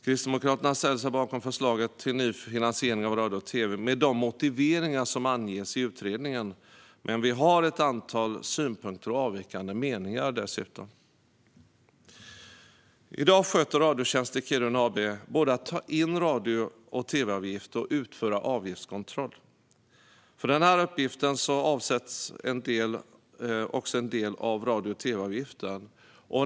Kristdemokraterna ställer sig bakom förslaget till ny finansiering av radio och tv med de motiveringar som anges i utredningen, men vi har dessutom ett antal synpunkter och avvikande meningar. I dag sköter Radiotjänst i Kiruna AB både intagning av radio och tv-avgift och utförande av avgiftskontroller. För denna uppgift avsätts en del av radio och tv-avgiften.